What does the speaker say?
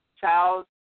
child